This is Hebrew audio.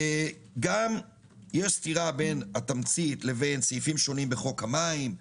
גם יש סתירה בין התמצית לבין סעיפים שונים בחוק המים,